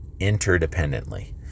interdependently